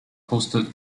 posted